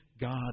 God